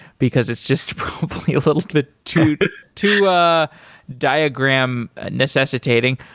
because it's just probably a little bit too too ah diagram necessitating.